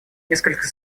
несколько